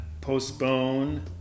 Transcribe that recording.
postpone